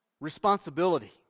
responsibility